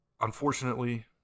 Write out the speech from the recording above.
Unfortunately